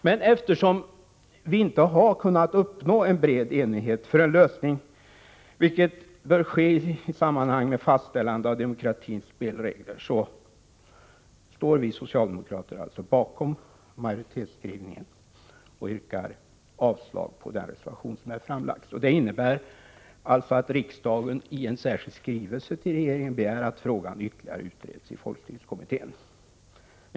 Men eftersom vi inte har kunnat uppnå en bred enighet om en lösning, något som bör ske i samband med fastställande av demokratins spelregler, står vi socialdemokrater bakom majoritetsskrivningen. Vi yrkar således avslag på reservationen. Det innebär alltså att riksdagen i en särskild skrivelse till regeringen begär att frågan ytterligare utreds i folkstyrelsekommittén.